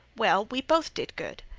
well, we both did good.